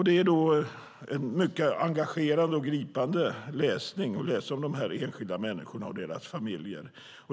Det är en mycket engagerande och gripande läsning om de här enskilda människorna och deras familjer.